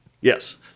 Yes